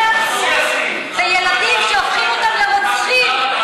זה ילדים שהופכים אותם לרוצחים,